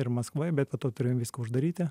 ir maskvoj bet po to turėjom viską uždaryti